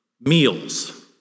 meals